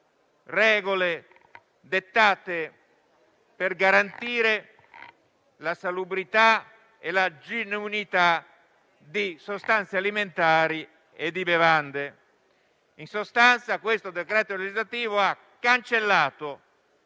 regole dettate per garantire la salubrità e la genuinità di sostanze alimentari e di bevande. In sostanza, tale decreto legislativo ha cancellato